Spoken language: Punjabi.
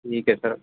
ਠੀਕ ਹੈ ਸਰ